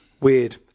Weird